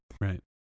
Right